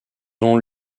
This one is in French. ont